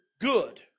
good